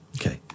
Okay